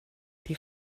die